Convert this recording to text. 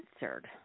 answered